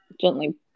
Gently